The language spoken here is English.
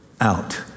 out